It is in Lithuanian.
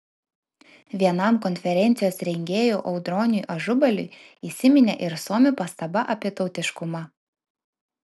vienam konferencijos rengėjų audroniui ažubaliui įsiminė ir suomių pastaba apie tautiškumą